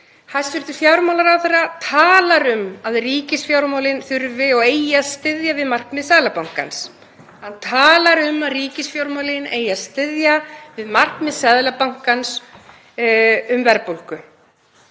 Hæstv. fjármálaráðherra talar um að ríkisfjármálin þurfi og eigi að styðja við markmið Seðlabankans, hann talar um að ríkisfjármálin eigi að styðja við markmið Seðlabankans um verðbólgu